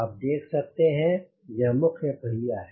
आप देख सकते हैं यह मुख्य पहिया है